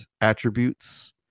attributes